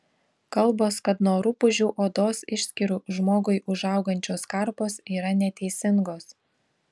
kalbos kad nuo rupūžių odos išskyrų žmogui užaugančios karpos yra neteisingos